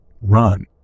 run